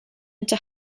into